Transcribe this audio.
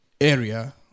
area